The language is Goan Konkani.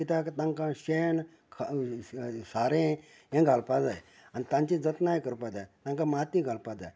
कित्याक तांकां शेण ख सारें हे घालपाक जाय आनी तांची जतनाय करपा जाय तांकां माती घालपा जाय